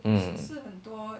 mm